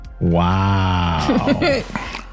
wow